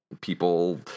people